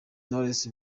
knowless